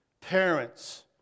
parents